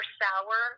sour